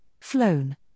Flown